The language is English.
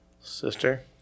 Sister